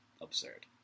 absurd